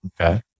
okay